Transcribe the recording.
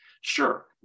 sure